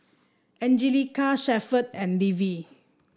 Anjelica Shepherd and Levie